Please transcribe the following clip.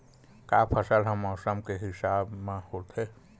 का फसल ह मौसम के हिसाब म होथे?